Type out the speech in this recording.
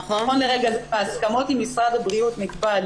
נכון לרגע זה בהסכמות עם משרד הבריאות נקבע על